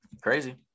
Crazy